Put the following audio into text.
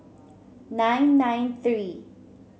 nine nine three